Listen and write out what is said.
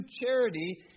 charity